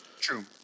True